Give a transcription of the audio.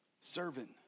servant